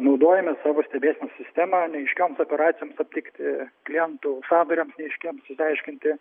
naudojame savo stebėsenos sistemą neaiškioms operacijoms atlikti klientų sandoriams neaiškiems išsiaiškinti